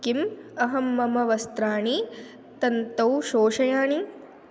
किम् अहं मम वस्त्राणि तन्तौ शोषयाणि